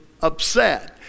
upset